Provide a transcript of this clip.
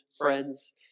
friends